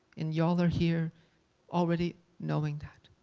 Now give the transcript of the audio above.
and y'all are here already knowing that.